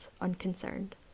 unconcerned